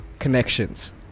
connections